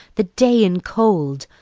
the day in cold,